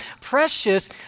precious